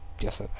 Yes